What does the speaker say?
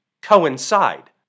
coincide